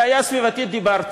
אז על הבעיה הסביבתית דיברתי,